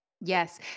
Yes